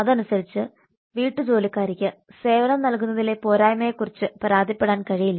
അതനുസരിച്ച് വീട്ടുജോലിക്കാരിക്ക് സേവനം നൽകുന്നതിലെ പോരായ്മയെക്കുറിച്ച് പരാതിപ്പെടാൻ കഴിയില്ല